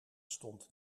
stond